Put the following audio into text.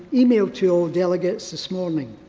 e-mailed to all delegates this morning.